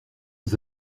nos